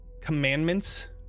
commandments